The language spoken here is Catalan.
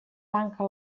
tanca